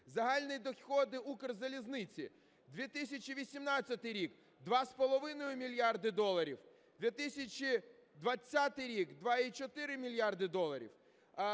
Загальні доходи Укрзалізниці 2018 рік – 2,5 мільярда доларів, 2020 рік – 2,4 мільярда доларів,